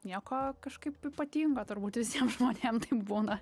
nieko kažkaip ypatingo turbūt visiem žmonėm taip būna